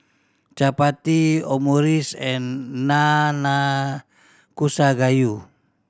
Chapati Omurice and Nanakusa Gayu